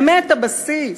באמת הבסיס.